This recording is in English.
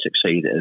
succeed